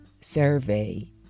survey